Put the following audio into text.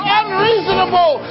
unreasonable